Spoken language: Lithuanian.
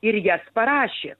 ir jas parašė